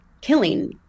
killing